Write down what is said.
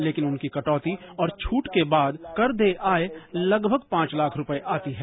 लेकिन उनकी कटौती और छूट के बाद कर देय आय लगभग पांच लाख रूपए आती है